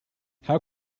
how